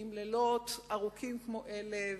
עם לילות ארוכים כמו אלה,